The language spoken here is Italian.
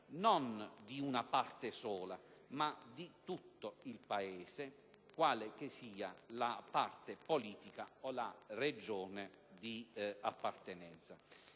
di una parte sola, ma di tutto il Paese, quale che sia la parte politica o la Regione cui appartengono.